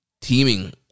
teaming